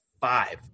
five